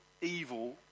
evil